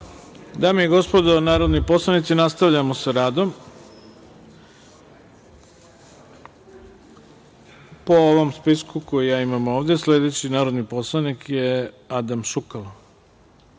Dame i gospodo narodni poslanici, nastavljamo sa radom. Po ovom spisku koji ja imam ovde, sledeći narodni poslanik je Adam